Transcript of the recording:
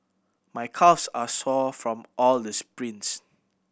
my calves are sore from all the sprints